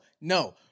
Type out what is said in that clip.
No